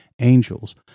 angels